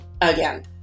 Again